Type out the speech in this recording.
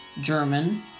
German